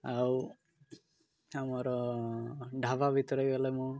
ଆଉ ଆମର ଢାବା ଭିତରେ ଗଲେ ମୁଁ